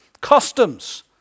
Customs